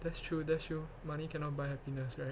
that's true that's true money cannot buy happiness right